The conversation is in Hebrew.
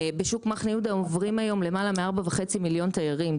בשוק מחנה יהודה עוברים היום למעלה מ-4.5 מיליון תיירים,